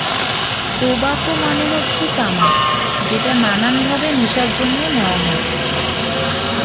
tobacco মানে হচ্ছে তামাক যেটা নানান ভাবে নেশার জন্য নেওয়া হয়